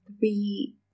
three